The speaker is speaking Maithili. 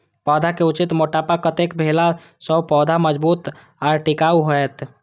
पौधा के उचित मोटापा कतेक भेला सौं पौधा मजबूत आर टिकाऊ हाएत?